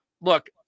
look